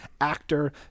actor